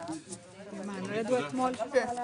ננעלה בשעה